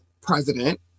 president